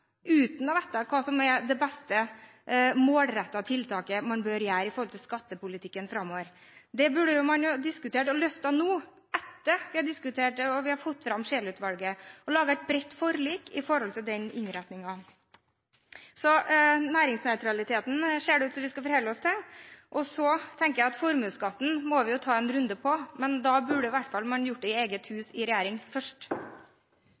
uten å vite hva som er det beste målrettede tiltaket man bør sette i verk når det gjelder skattepolitikken framover. Det burde man ha diskutert og løftet nå, etter at vi har diskutert det, og etter at vi har fått rapporten fra Scheel-utvalget, og laget et bredt forlik om den innretningen. Næringsnøytraliteten ser det ut til at vi skal forholde oss til. Så tenker jeg at formuesskatten må vi ta en runde på, men da burde man i hvert fall gjort det i eget hus, i regjering, først.